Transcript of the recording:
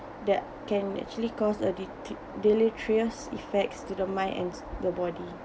that can actually cause uh de~ det~ deleterious effects to the minds and the body